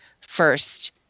first